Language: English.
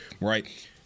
right